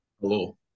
Hello